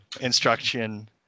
instruction